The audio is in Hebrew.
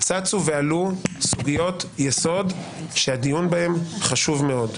צצו ועלו סוגיות יסוד שהדיון בהן חשוב מאוד,